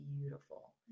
beautiful